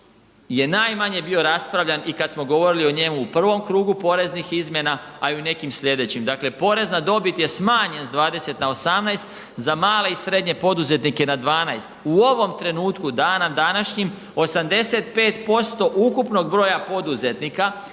je najmanje bio raspravljan i kad smo govorili o njemu u prvom krugu poreznih izmjena, a i u nekim slijedećim, dakle porez na dobit je smanjen s 20 na 18 za male i srednje i male poduzetnike na 12. U ovom trenutku, dana današnjim 85% ukupnog broja poduzetnika